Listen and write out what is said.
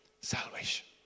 salvation